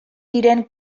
diren